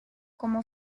como